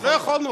לא יכולנו.